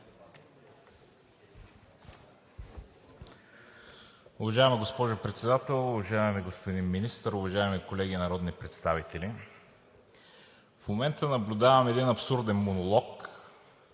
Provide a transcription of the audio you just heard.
Уважаема госпожо Председател, уважаеми господин Министър, уважаеми колеги народни представители! В момента наблюдаваме един абсурден монолог